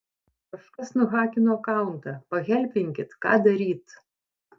kažkas nuhakino akauntą pahelpinkit ką daryt